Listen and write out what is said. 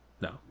No